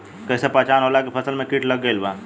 कैसे पहचान होला की फसल में कीट लग गईल बा?